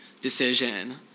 decision